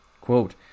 Quote